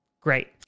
Great